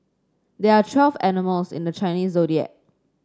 there are twelve animals in the Chinese Zodiac